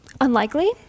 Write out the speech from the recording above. Unlikely